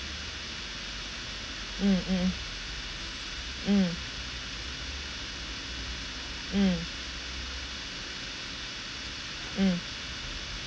mm mm mm mm mm mm